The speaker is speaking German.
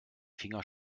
finger